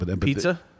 Pizza